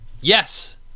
Yes